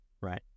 right